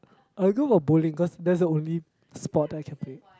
I would go for bowling cause that's the only sport I can play